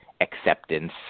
acceptance